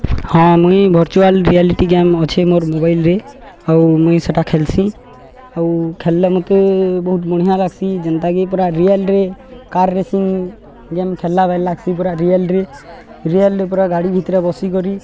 ହଁ ମୁଇଁ virtual reality game ଅଛେ ମୋର୍ ମୋବାଇଲ୍ରେ ଆଉ ମୁଇଁ ସେଟା ଖେଲ୍ସି ଆଉ ଖେଲିଲେ ମତେ ବହୁତ ବଢ଼ିଆଁ ଲାଗ୍ସି ଯେନ୍ତାକି ପୁରା ରିଏଲରେ କାର୍ ରେସିଂ ଗେମ୍ ଖେଲ୍ଲା ବେଲି ଲାଗ୍ସି ପୁରା ରିଏଲରେ ରିୟଲରେ ପୁରା ଗାଡ଼ି ଭିତରେ ବସିିକରି